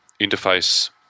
interface